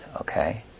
okay